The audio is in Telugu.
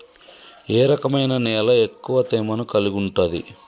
ఏ రకమైన నేల ఎక్కువ తేమను కలిగుంటది?